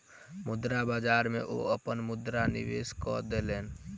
मुद्रा बाजार में ओ अपन मुद्रा निवेश कय देलैन